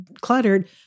cluttered